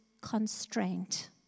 constraint